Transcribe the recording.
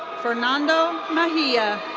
fernando mejia.